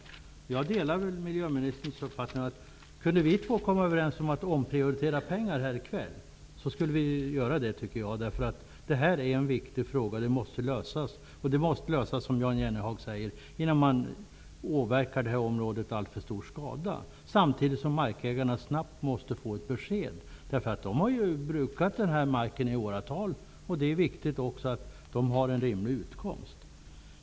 Jag delar miljöministerns uppfattning. Kunde vi två här i kväll komma överens om att omprioritera pengar så tycker jag att vi skulle göra det. Detta är en viktig fråga, och den måste lösas, som Jan Jennehag säger, innan man åsamkar detta område allför stor skada. Samtidigt måste markägarna snabbt få ett besked. De har brukat denna mark i åratal. Det är viktigt att de får en rimlig utkomst.